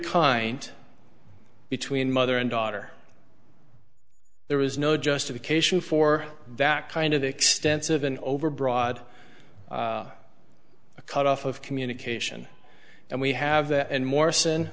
kind between mother and daughter there was no justification for that kind of extensive an overbroad a cut off of communication and we have that and morrison tha